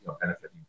benefiting